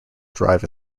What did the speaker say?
drive